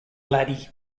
laddie